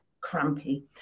crampy